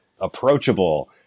approachable